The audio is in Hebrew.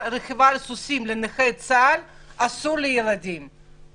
מותר לאפשר רכיבה על סוסים לנכי צה"ל אבל לילדים אסור.